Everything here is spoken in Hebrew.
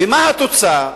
ומה התוצאה?